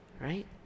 Right